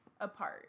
apart